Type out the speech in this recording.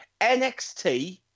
NXT